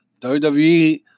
WWE